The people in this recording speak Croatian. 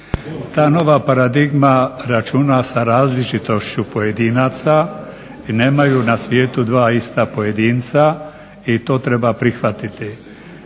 Ta nova paradigma računa sa različitošću pojedinaca i nemaju na svijetu dva ista pojedinca i to treba prihvatiti.